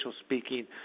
speaking